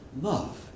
love